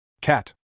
Cat